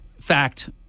fact